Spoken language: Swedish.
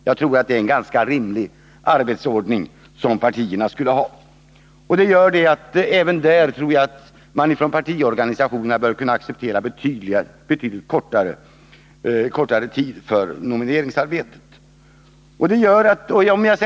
Jag tror alltså att det skulle vara en rimlig arbetsordning för partierna. Därför tror jag också att man från partiorganisationerna bör kunna acceptera betydligt kortare tid för nomineringsarbetet.